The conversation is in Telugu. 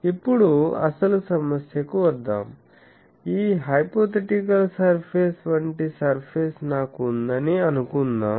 ఇప్పుడు అసలు సమస్యకు వద్దాం ఈ హైపోథెటికల్ సర్ఫేస్ వంటి సర్ఫేస్ నాకు ఉందని అనుకుందాం